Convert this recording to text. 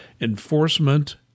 enforcement